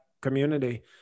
community